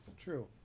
True